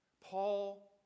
Paul